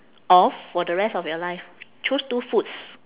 of for the rest of your life choose two foods